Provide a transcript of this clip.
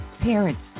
parents